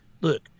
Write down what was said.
look